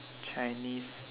chinese